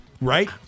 right